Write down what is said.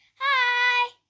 Hi